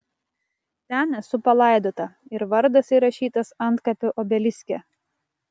ten esu palaidota ir vardas įrašytas antkapio obeliske